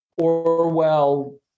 Orwell